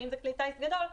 ואם זה כלי טיס גדול,